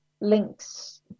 links